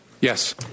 Yes